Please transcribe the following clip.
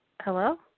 Hello